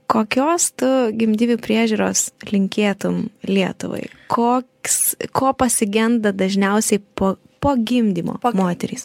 kokios tu gimdyvių priežiūros linkėtum lietuvai koks ko pasigenda dažniausiai po po gimdymo moterys